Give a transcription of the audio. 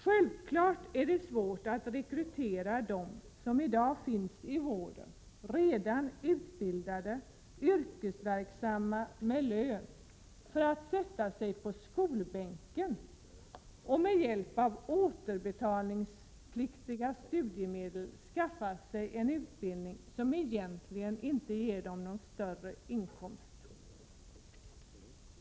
Självfallet är det svårt att rekrytera redan i dag utbildade, yrkesverksamma och avlönade, som skall sätta sig på skolbänken och med hjälp av återbetalningspliktiga studiemedel skaffa sig en utbildning som egentligen inte ger dem någon inkomstökning.